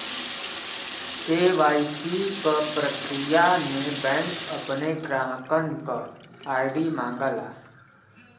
KYC क प्रक्रिया में बैंक अपने ग्राहकन क आई.डी मांगला